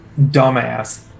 dumbass